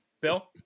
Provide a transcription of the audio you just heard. Bill